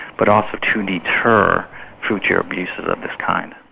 but also to deter future abuses of this kind